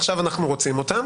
עכשיו אנחנו רוצים אותם,